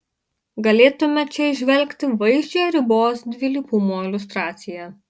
galėtume čia įžvelgti vaizdžią ribos dvilypumo iliustraciją